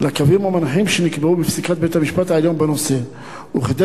לקווים המנחים שנקבעו בפסיקת בית-המשפט העליון בנושא וכדי